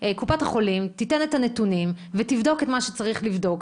קופת החולים תיתן את הנתונים ותבדוק את מה שצריך לבדוק.